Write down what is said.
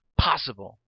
possible